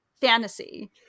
fantasy